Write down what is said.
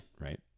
right